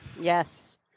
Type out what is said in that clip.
yes